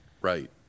right